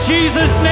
Jesus